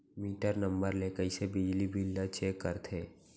Metre number ले कइसे बिजली बिल ल चेक करथे?